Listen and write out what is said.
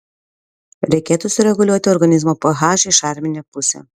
reikėtų sureguliuoti organizmo ph į šarminę pusę